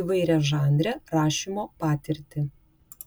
įvairiažanrę rašymo patirtį